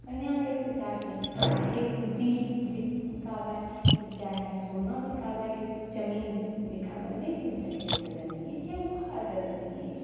कनिआँके पिताके चाहे देह बिकाबय कि चाहे सोना बिकाबय कि जमीन बिकाबय लेकिन दहेज तऽ देनाइए छै उपहार तऽ देनाइए छै